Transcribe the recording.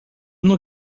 não